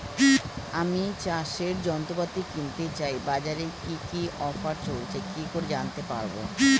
আমি চাষের যন্ত্রপাতি কিনতে চাই বাজারে কি কি অফার চলছে কি করে জানতে পারবো?